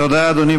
תודה, אדוני.